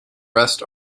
rest